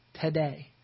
Today